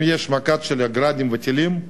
אם יש מכה של "גראדים" וטילים,